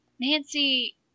Nancy